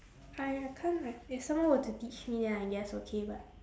I I can't like if someone were to teach me then I guess okay but